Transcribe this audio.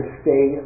stay